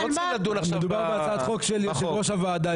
מדובר בהצעת חוק של יושב-ראש הוועדה,